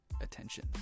attention